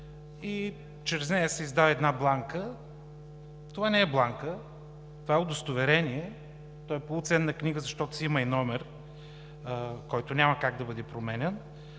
и чрез нея се издава една бланка. Това не е бланка – това е удостоверение, то е полуценна книга, защото си има и номер, който няма как да бъде променян.